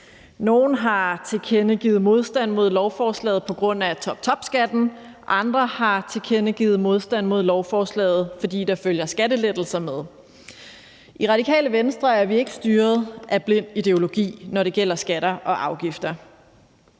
Nogle har tilkendegivet modstand mod lovforslaget på grund af toptopskatten, andre har tilkendegivet modstand mod lovforslaget, fordi der følger skattelettelser med. I Radikale Venstre er vi ikke styret af blind ideologi, når det gælder skatter og afgifter.